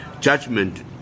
judgment